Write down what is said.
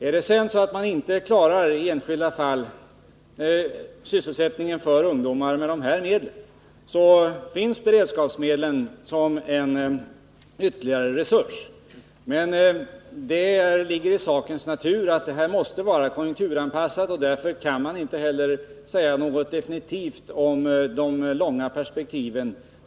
Om man sedan i enskilda fall inte klarar sysselsättningen för ungdomar med befintliga medel, finns beredskapsmed 21 len som en ytterligare resurs. Men det ligger i sakens natur att volymen av dessa medel måste vara konjunkturanpassad. Därför kan man inte heller säga något definitivt om dessa frågor i ett längre perspektiv.